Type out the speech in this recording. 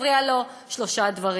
מפריעים לו שלושה דברים: